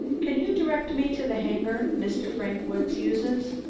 can you direct me to the hangar mr. frank woods uses?